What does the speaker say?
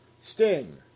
Sting